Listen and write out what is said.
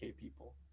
people